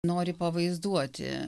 nori pavaizduoti